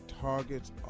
targets